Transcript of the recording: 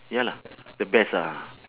ya lah the best lah